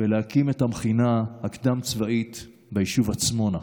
ולהקים את המכינה הקדם-צבאית ביישוב עצמונה.